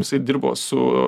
jisai dirbo su